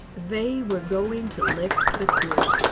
they were going to lift the kursk.